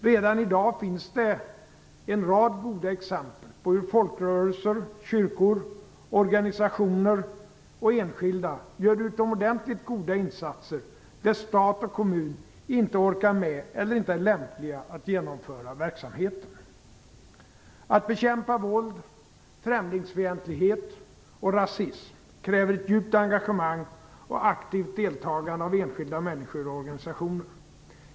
Redan i dag finns det en rad goda exempel på hur folkrörelser, kyrkor, organisationer och enskilda gör utomordentligt goda insatser där stat och kommun inte orkar med eller inte är lämpliga att genomföra verksamheten. Att bekämpa våld, främlingsfientlighet och rasism kräver djupt engagemang och aktivt deltagande av enskilda människor och organisationer.